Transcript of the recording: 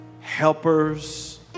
helpers